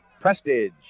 Prestige